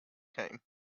came